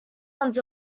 ones